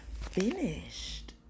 finished